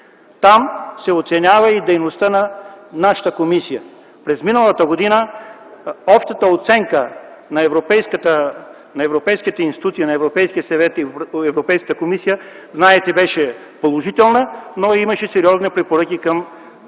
Там се оценява и дейността на нашата комисия. През миналата година общата оценка на европейската институция - на Европейския съвет и Европейската комисия, знаете, беше положителна, но имаше сериозни препоръки към